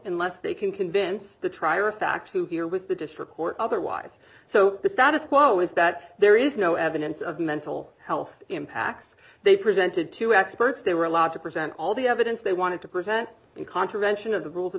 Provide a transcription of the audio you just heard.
unless they can convince the trier of fact who here with the district court otherwise so the status quo is that there is no evidence of mental health impacts they presented to experts they were allowed to present all the evidence they wanted to present in contravention of the rules of